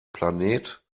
planet